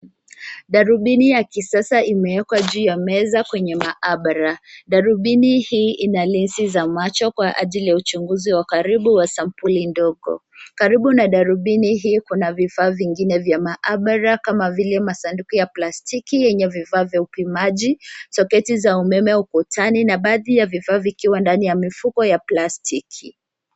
Darubini ya kisasa imeekwa juu ya meza kwenye maabara. Darubini hii ina lensi za macho kwa ajili ya uchunguzi wa karibu wa sampuli ndogo. Karibu na darubini hii kuna vifaa vingine vya maabara kama vile masanduku ya plastiki yenye vifaa vya upimaji, soketi za umeme ukutani na baadhi ya vifaa vikiwa ndani ya mifuko ya plastiki.